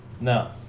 No